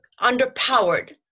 underpowered